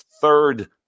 third